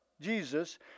Jesus